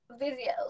videos